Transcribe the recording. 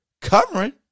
covering